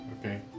Okay